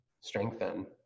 strengthen